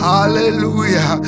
Hallelujah